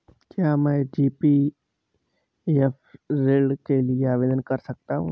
क्या मैं जी.पी.एफ ऋण के लिए आवेदन कर सकता हूँ?